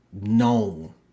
known